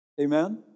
amen